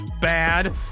Bad